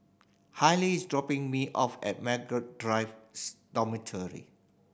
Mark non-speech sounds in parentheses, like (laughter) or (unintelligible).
Haylie is dropping me off at Margaret Drive (unintelligible) Dormitory